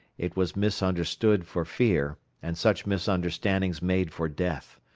it was misunderstood for fear, and such misunderstandings made for death.